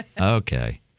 Okay